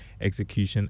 execution